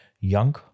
young